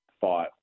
thought